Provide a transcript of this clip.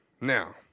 Now